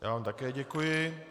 Já vám také děkuji.